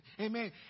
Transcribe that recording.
Amen